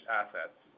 assets